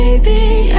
Baby